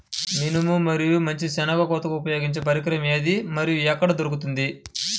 మినుము మరియు మంచి శెనగ కోతకు ఉపయోగించే పరికరం ఏది మరియు ఎక్కడ దొరుకుతుంది?